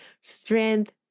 strength